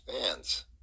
fans